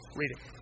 reading